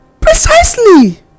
Precisely